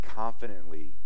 confidently